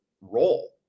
role